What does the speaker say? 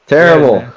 Terrible